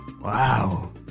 Wow